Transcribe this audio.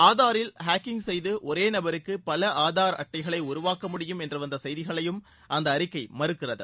ஆதாரில் hacking செய்து ஒரே நபருக்கு பல ஆதார் அட்டைகளை உருவாக்க முடியும் என்று வந்த செய்திகளையும் அந்த அறிக்கை மறுக்கிறது